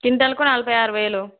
క్వింటాల్కు ఒక నలభై ఆరు వేలు